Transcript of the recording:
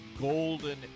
golden